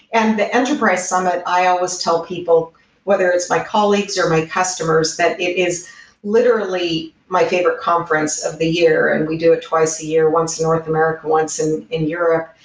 and the enterprise summit, i always tell people whether it's like colleagues or my customers that it is literally my favorite conference of the year and we do it twice a year. once in north america, once in in europe,